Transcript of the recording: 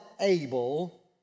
able